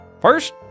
First